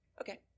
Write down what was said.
Okay